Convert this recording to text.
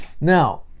Now